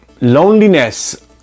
loneliness